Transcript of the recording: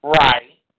Right